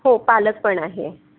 हो पालक पण आहे